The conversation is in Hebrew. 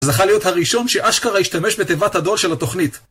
זכה להיות הראשון שאשכרה השתמש בתיבת הדואר של התוכנית.